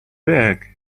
back